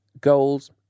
goals